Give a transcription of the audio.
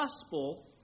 gospel